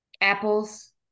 apples